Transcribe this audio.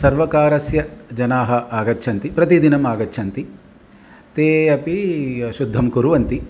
सर्वकारस्य जनाः आगच्छन्ति प्रतिदिनमागच्छन्ति ते अपि शुद्धं कुर्वन्ति